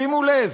שימו לב,